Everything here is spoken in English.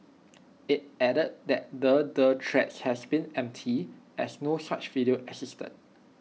IT added that the the threats has been empty as no such video existed